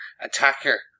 attacker